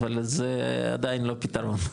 אבל זה עדיין לא פתרון.